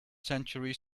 century